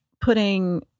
putting